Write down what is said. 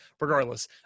Regardless